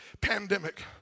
pandemic